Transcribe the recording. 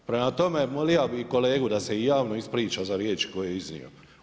Prema tome, moglo bi i kolega da se javno ispriča za riječi koje je iznio.